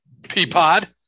Peapod